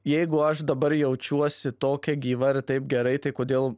jeigu aš dabar jaučiuosi tokia gyva ir taip gerai tai kodėl